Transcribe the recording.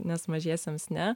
nes mažiesiems ne